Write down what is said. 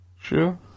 Sure